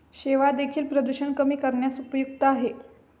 शेवाळं देखील प्रदूषण कमी करण्यास उपयुक्त आहे